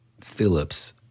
Phillips